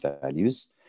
values